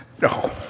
No